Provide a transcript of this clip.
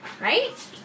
right